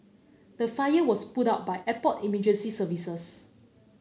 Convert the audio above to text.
the fire was put out by airport emergency services